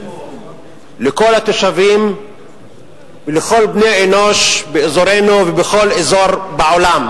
לכל התושבים ולכל בני אנוש באזורנו ובכל אזור בעולם: